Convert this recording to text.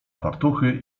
fartuchy